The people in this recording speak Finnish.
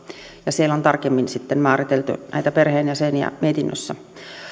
ja siellä mietinnössä on tarkemmin sitten määritelty näitä perheenjäseniä